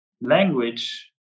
language